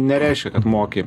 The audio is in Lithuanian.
nereiškia kad moki